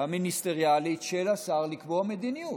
המיניסטריאלית של השר לקבוע מדיניות,